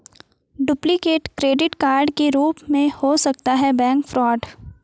duplicate credit card के रूप में हो सकता है बैंक फ्रॉड